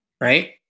right